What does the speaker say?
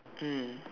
mm